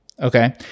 Okay